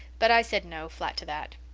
but i said no flat to that.